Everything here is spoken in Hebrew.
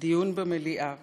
דיון במליאה